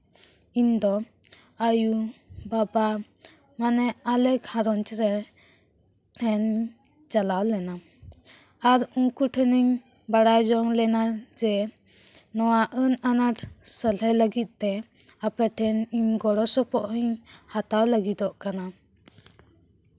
ᱤᱧ ᱫᱚ ᱟᱭᱩ ᱵᱟᱵᱟ ᱢᱟᱱᱮ ᱟᱞᱮ ᱜᱷᱟᱨᱚᱧᱡᱽ ᱨᱮ ᱴᱷᱮᱱ ᱪᱟᱞᱟᱣ ᱞᱮᱱᱟ ᱟᱨ ᱩᱱᱠᱩ ᱴᱷᱮᱱᱤᱧ ᱵᱟᱲᱟᱭ ᱡᱚᱝ ᱞᱮᱱᱟ ᱡᱮ ᱱᱚᱣᱟ ᱟᱹᱱ ᱟᱱᱟᱴ ᱥᱚᱦᱞᱮ ᱞᱟᱹᱜᱤᱫ ᱛᱮ ᱟᱯᱮ ᱴᱷᱮᱱ ᱤᱧ ᱜᱚᱲᱚ ᱥᱚᱯᱚᱦᱚᱫ ᱤᱧ ᱦᱟᱛᱟᱣ ᱞᱟᱹᱜᱤᱫᱚᱜ ᱠᱟᱱᱟ